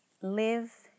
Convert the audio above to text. live